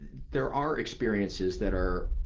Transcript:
there are experiences that are,